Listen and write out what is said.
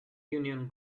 union